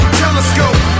telescope